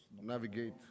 navigate